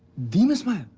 the miss maya.